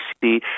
see